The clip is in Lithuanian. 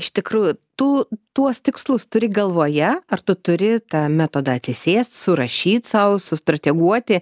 iš tikrųjų tu tuos tikslus turi galvoje ar tu turi tą metodą atsisėst surašyt sau sustrateguoti